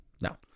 No